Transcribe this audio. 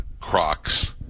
Crocs